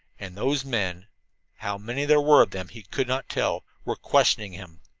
and those men how many there were of them he could not tell were questioning him!